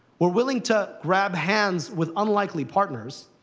we're willing to grab hands with unlikely partners,